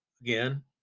again